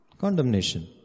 Condemnation